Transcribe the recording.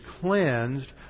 cleansed